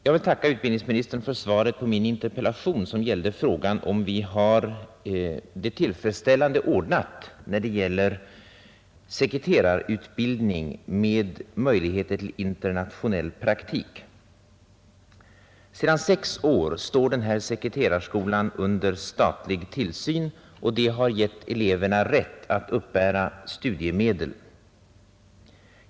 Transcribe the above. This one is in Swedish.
Jag vill tacka utbildningsministern för svaret på min interpellation, som avsåg frågan om vi har det tillfredsställande ordnat när det gäller sekreterarutbildning med möjligheter till internationell praktik. Sedan sex år står sekreterarskolan under statlig tillsyn och det har gett eleverna rätt att uppbära studiemedel.